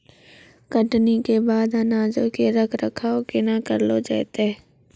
कटनी के बाद अनाजो के रख रखाव केना करलो जैतै?